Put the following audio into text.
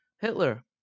Hitler